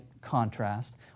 contrast